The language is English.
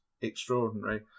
extraordinary